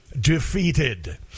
defeated